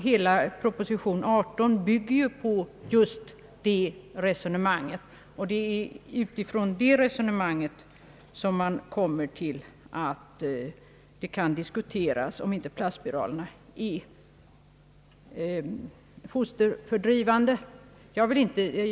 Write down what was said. Hela proposition nr 18 bygger ju på just det resonemanget, och det är därför man kommer till att det kan diskuteras om plastspiralerna är preventiva eller fosterfördrivande.